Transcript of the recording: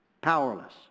powerless